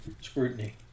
scrutiny